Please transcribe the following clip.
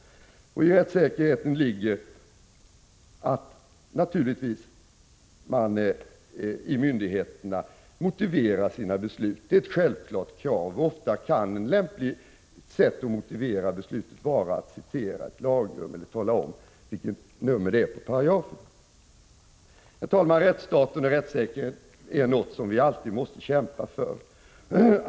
Rättssäkerheten förutsätter naturligtvis att man på myndigheterna motiverar sina beslut. Det är ett självklart krav. Ofta kan det vara lämpligt att motivera ett beslut genom att citera ett lagrum eller att tala om vilket nummer paragrafen i fråga har. Herr talman! Rättsstaten och rättssäkerheten är något som vi alltid måste kämpa för.